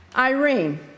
Irene